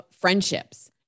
friendships